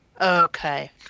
Okay